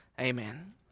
Amen